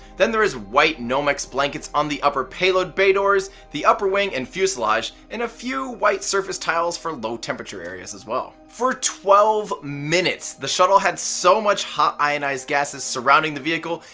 then there is white nomex blankets on the upper payload bay doors, the upper wing and fuselage, and a few white surface tiles for low temperature areas as well. for twelve minutes, the shuttle had so much hot ionized gases surrounding the vehicle,